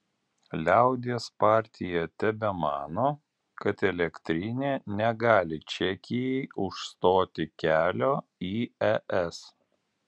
liaudies partija tebemano kad elektrinė negali čekijai užstoti kelio į es